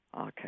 Okay